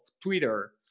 Twitter